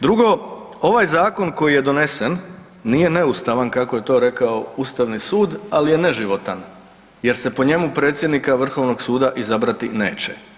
Drugo, ovaj zakon koji je donesen nije neustavan kako je to rekao Ustavni sud, ali je neživotan jer se po njemu predsjednika Vrhovnoga suda izabrati neće.